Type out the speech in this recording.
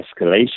escalation